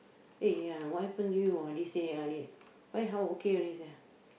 hey ya what happen to you ah these days ah why how okay already sia